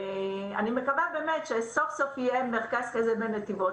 אני מקווה שסוף-סוף יהיה מרכז כזה בנתיבות,